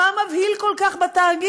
מה מבהיל כל כך בתאגיד?